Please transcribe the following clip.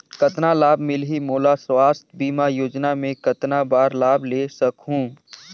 कतना लाभ मिलही मोला? स्वास्थ बीमा योजना मे कतना बार लाभ ले सकहूँ?